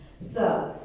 so,